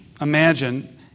imagine